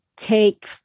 Take